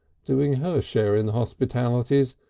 doing her share in the hospitalities,